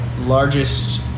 largest